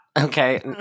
Okay